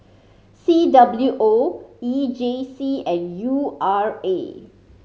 C W O E J C and U R A